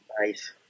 Nice